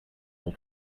will